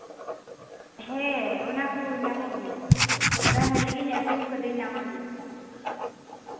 ᱦᱮᱸ ᱚᱱᱟ ᱠᱚ ᱧᱟᱢᱚᱜ ᱜᱮᱭᱟ ᱱᱮ ᱦᱟᱹᱞᱤ ᱜᱤᱧ ᱟᱹᱜᱩᱣ ᱠᱟᱹᱫᱟᱹᱧ ᱱᱟᱣᱟ ᱜᱮ